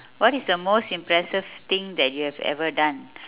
what is the most impressive thing that you have ever done